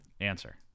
Answer